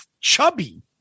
chubby